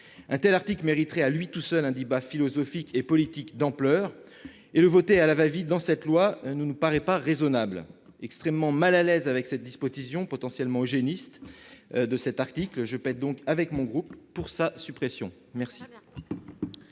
Un tel article mériterait à lui seul un débat philosophique et politique d'ampleur. Le voter à la va-vite dans cette loi ne nous paraît pas raisonnable. Extrêmement mal à l'aise avec les dispositions potentiellement eugéniques de cet article, je plaide donc, avec les membres de mon groupe, pour sa suppression. La